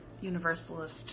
universalist